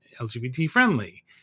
LGBT-friendly